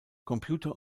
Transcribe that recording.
computer